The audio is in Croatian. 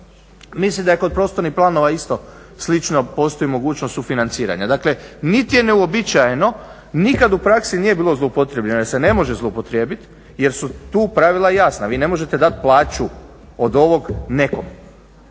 Mislim da je kod prostornih planova isto slično postoji mogućnost sufinanciranja. Dakle, nit je neuobičajeno nikad u praksi nije bilo zloupotrijebljeno jer se ne može zloupotrijebit jer su tu pravila jasna. Vi ne možete dati plaću od ovog nekom,